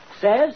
says